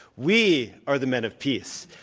we are the men of peace.